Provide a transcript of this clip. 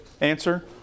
answer